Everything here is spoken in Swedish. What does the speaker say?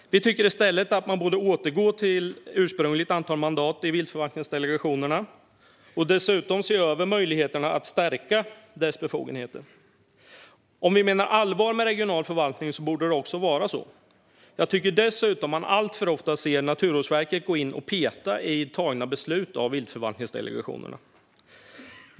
Vi tycker att man borde återgå till det ursprungliga antalet mandat i viltförvaltningsdelegationerna och även se över möjligheten att stärka deras befogenheter. Om vi menar allvar med regional förvaltning borde det också vara så. Jag tycker dessutom att man alltför ofta ser Naturvårdsverket gå in och peta i av viltförvaltningsdelegationerna tagna beslut.